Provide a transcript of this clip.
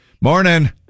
Morning